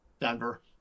Denver